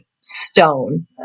stone